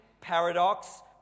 paradox